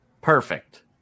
Perfect